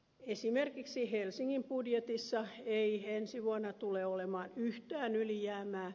esimerkiksi helsingin budjetissa ei ensi vuonna tule olemaan yhtään ylijäämää